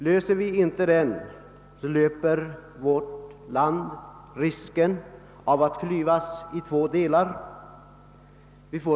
Löser vi inte den löper vårt land risken att klyvas i två delar.